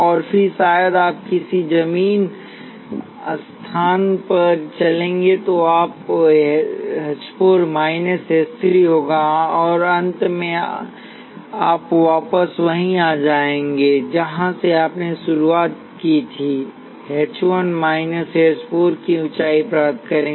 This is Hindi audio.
और फिर शायद आप किसी जमीन स्थान पर चलेंगे तो आपके पास h ४ माइनस h ३ होगा और अंत में आप वापस वहीं आएँगे जहाँ से आपने शुरुआत की थी h १ माइनस h ४ की ऊँचाई प्राप्त करेंगे